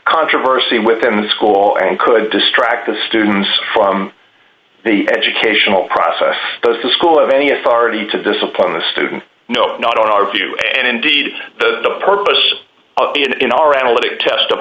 controversy within the school and could distract the students from the educational process goes to school of any authority to discipline the student no not on our view and indeed the purpose in our analytic test of